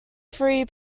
free